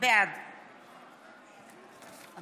בעד נא